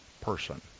person